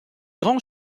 grands